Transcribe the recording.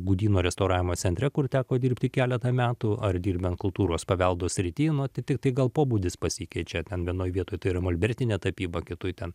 gudyno restauravimo centre kur teko dirbti keletą metų ar dirbant kultūros paveldo srity tai tiktai gal pobūdis pasikeičia ten vienoj vietoj tai yra molbertinė tapyba kitoj ten